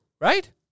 right